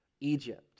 Egypt